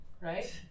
right